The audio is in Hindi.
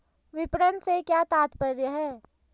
विपणन से क्या तात्पर्य है?